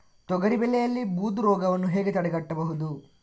ತೊಗರಿ ಬೆಳೆಯಲ್ಲಿ ಬೂದು ರೋಗವನ್ನು ಹೇಗೆ ತಡೆಗಟ್ಟಬಹುದು?